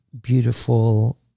beautiful